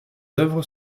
œuvres